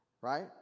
right